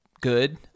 good